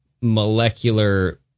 molecular